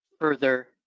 further